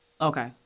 Okay